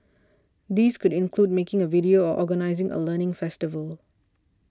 these could include making a video or organising a learning festival